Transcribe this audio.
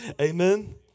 Amen